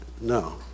No